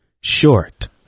Short